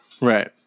Right